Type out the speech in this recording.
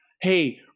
Hey